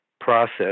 process